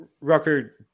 Rucker